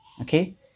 Okay